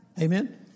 Amen